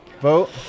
Vote